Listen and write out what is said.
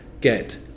get